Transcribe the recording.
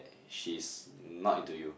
she's not into you